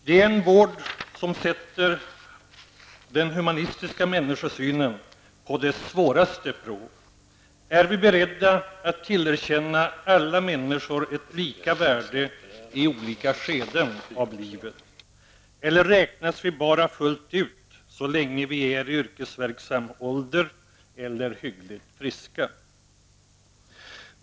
Det är en vård som sätter den humana människosynen på dess svåraste prov. Är vi beredda att tillerkänna alla människor ett lika värde i olika skeden av livet, eller räknas vi bara fullt ut så länge vi är i yrkesverksam ålder eller hyggligt friska?